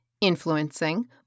influencing